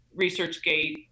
ResearchGate